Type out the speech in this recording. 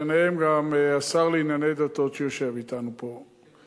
ביניהם גם השר לענייני דתות שיושב אתנו פה,